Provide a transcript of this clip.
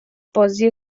بازی